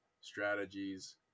strategies